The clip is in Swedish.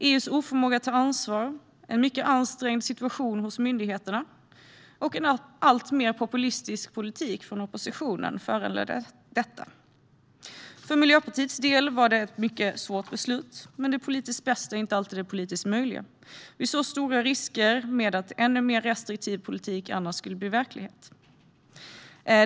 EU:s oförmåga att ta ansvar, en mycket ansträngd situation hos myndigheterna och en alltmer populistisk politik från oppositionen föranledde detta. För Miljöpartiets del var det ett mycket svårt beslut, men det politiskt bästa är inte alltid det politiskt möjliga. Vi såg stora risker med att ännu mer restriktiv politik annars skulle bli verklighet.